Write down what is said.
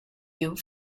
you